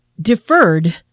deferred